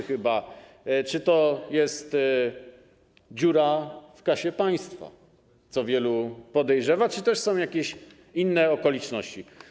Czy to jest dziura w kasie państwa, co wielu podejrzewa, czy też są jakieś inne okoliczności?